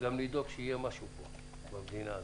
גם לדאוג שיהיה משהו פה, במדינה הזאת.